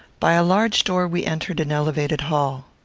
by a large door we entered an elevated hall.